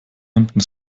hemden